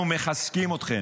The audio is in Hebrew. אנחנו מחזקים אתכם.